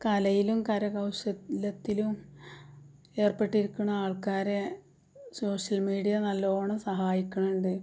കലയിലും കര കൗശലത്തിലും ഏർപ്പെട്ടിരിക്കുന്ന ആൾക്കാരെ സോഷ്യൽ മീഡിയ നല്ലവണ്ണം സഹായിക്കുന്നുണ്ട്